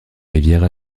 rivière